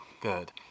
good